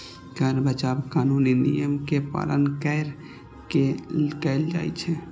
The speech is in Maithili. कर बचाव कानूनी नियम के पालन कैर के कैल जाइ छै